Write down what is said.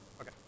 Okay